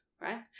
right